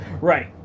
Right